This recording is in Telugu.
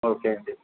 ఓకే అండీ